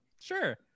Sure